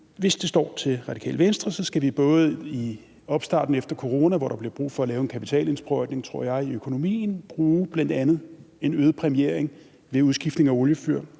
Hvis det står til Radikale Venstre, skal vi både i opstarten efter corona, hvor der, tror jeg, bliver brug for at lave en kapitalindsprøjtning i økonomien, bruge bl.a. en øget præmiering ved udskiftning af oliefyr,